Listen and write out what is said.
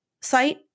site